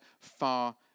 far